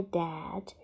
dad